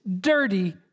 dirty